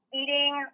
eating